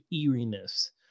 eeriness